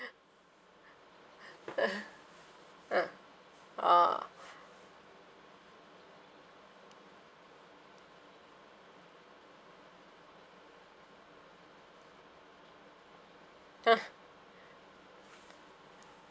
uh ah oh